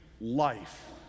life